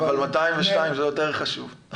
אבל --- אבל 202 זה יותר חשוב.